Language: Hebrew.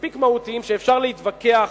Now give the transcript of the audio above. מספיק מהותיים שאפשר להתווכח עליהם,